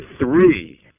three